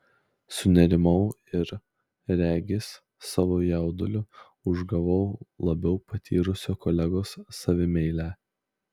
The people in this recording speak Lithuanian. sunerimau ir regis savo jauduliu užgavau labiau patyrusio kolegos savimeilę